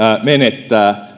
menettää